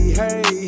hey